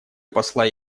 посла